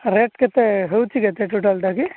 rate କେତେ ହେଉଛି କେତେ ଟୋଟାଲଟା କି